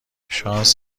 شانس